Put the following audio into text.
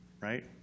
Right